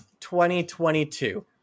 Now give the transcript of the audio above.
2022